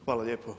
Hvala lijepo.